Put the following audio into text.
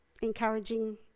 encouraging